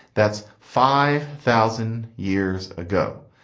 that's five thousand years ago.